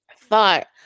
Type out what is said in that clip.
thought